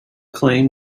claim